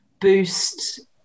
boost